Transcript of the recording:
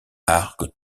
arc